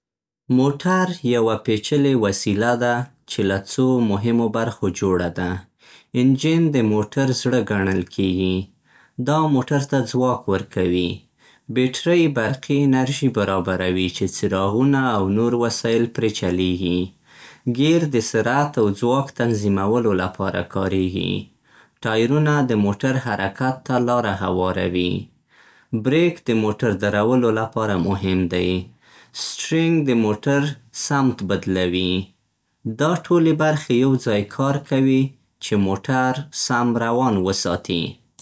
موټر يوه پيچلې وسيله ده چې له څو مهمو برخو جوړه ده. انجن د موټر زړه ګڼل کېږي، دا موټر ته ځواک ورکوي. بېټرۍ برقي انرژي برابروي چې څراغونه او نور وسايل پرې چلېږي. ګير د سرعت او ځواک تنظيمولو لپاره کارېږي. ټايرونه د موټر حرکت ته لاره هواروي. برېک د موټر درولو لپاره مهم دی. سټرېنګ د موټر سمت بدلوي. دا ټولې برخې يوځای کار کوي چې موټر سم روان وساتي.